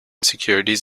securities